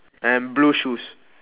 and blue shoes